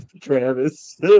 Travis